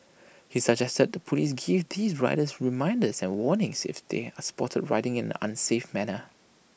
he suggested the Police give these riders reminders and warnings if they are spotted riding in an unsafe manner